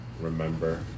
remember